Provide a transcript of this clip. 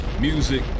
music